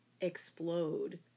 explode